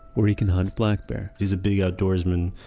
where he can hunt black bear he's a big outdoorsman.